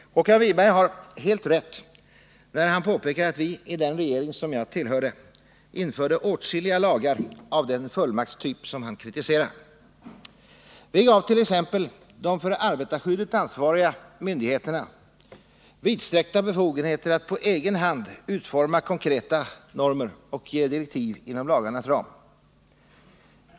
Håkan Winberg har helt rätt när han påpekar att vi i den regering som jag tillhörde införde åtskilliga lagar av den fullmaktstyp som han kritiserar. Vi gav t.ex. de för arbetarskyddet ansvariga myndigheterna vidsträckta befogenheter att på egen hand utforma konkreta normer och ge direktiv inom lagarnas ram.